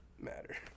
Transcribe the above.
matter